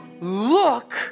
look